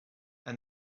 and